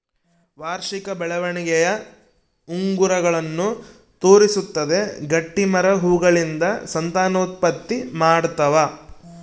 ವಾರ್ಷಿಕ ಬೆಳವಣಿಗೆಯ ಉಂಗುರಗಳನ್ನು ತೋರಿಸುತ್ತದೆ ಗಟ್ಟಿಮರ ಹೂಗಳಿಂದ ಸಂತಾನೋತ್ಪತ್ತಿ ಮಾಡ್ತಾವ